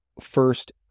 first